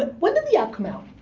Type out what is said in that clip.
ah when did the app come out?